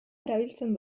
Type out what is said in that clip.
erabiltzen